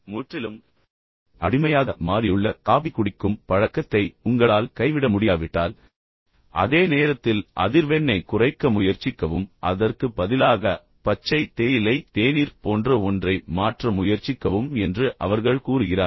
முற்றிலும் அடிமையாக மாறியுள்ள காபி குடிக்கும் பழக்கத்தை உங்களால் கைவிட முடியாவிட்டால் அதே நேரத்தில் அதிர்வெண்ணைக் குறைக்க முயற்சிக்கவும் அதற்கு பதிலாக பச்சை தேயிலை தேநீர் போன்ற ஒன்றை மாற்ற முயற்சிக்கவும் என்று அவர்கள் கூறுகிறார்கள்